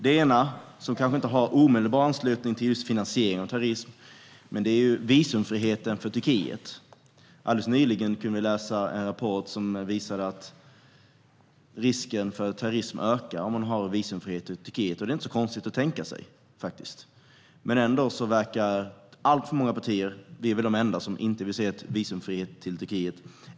En sak som kanske inte har omedelbar anknytning till just finansiering av terrorism är visumfriheten för Turkiets medborgare. Alldeles nyligen kunde vi läsa en rapport som visar att risken för terrorism ökar om man har visumfrihet för Turkiet. Detta är inte så konstigt att tänka sig, men ändå verkar alltför många partier stödja visumfrihet. Vårt parti är väl det enda som inte vill se visumfrihet för Turkiet.